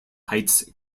heights